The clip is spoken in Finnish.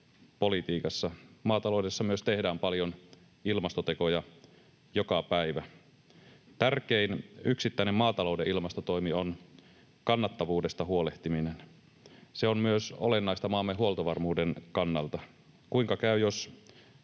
politiikassa. Maataloudessa myös tehdään paljon ilmastotekoja joka päivä. Tärkein yksittäinen maatalouden ilmastotoimi on kannattavuudesta huolehtiminen. Se on myös olennaista maamme huoltovarmuuden kannalta. Kuinka kävisi, jos